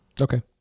Okay